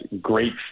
great